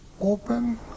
Open